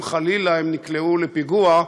אם חלילה הם נקלעו לפיגוע,